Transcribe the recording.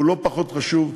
והוא לא פחות חשוב,